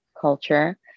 culture